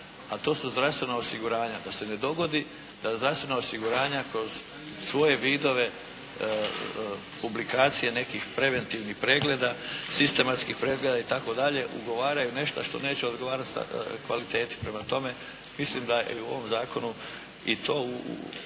a to su zdravstvena osiguranja da se ne dogodi da zdravstvena osiguranja kroz svoje vidove publikacije nekih preventivnih pregleda, sistematskih pregleda itd. ugovaraju nešto što neće odgovarati kvaliteti. Prema tome mislim da je u ovom zakonu i to uočeno